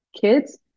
kids